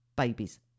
Babies